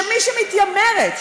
שמי שמתיימרת,